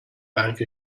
bank